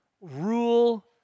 rule